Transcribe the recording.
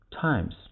times